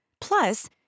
Plus